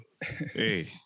hey